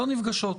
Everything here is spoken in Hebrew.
לא נפגשות.